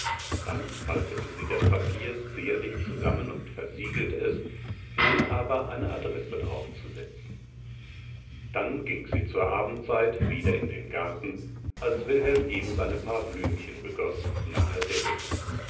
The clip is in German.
dann faltete sie das papier zierlich zusammen und versiegelte es ohne aber eine adresse daraufzusetzen dann ging sie zur abendzeit wieder in den garten als wilhelm eben seine paar blümchen begoß nahe der hecke